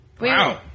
Wow